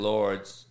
Lords